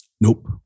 Nope